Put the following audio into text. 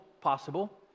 possible